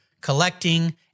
collecting